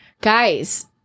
guys